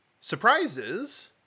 surprises